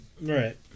Right